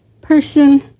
person